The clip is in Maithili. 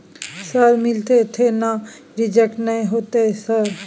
सर मिलते थे ना रिजेक्ट नय होतय सर?